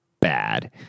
bad